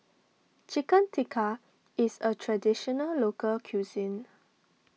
Chicken Tikka is a Traditional Local Cuisine